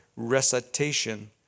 Recitation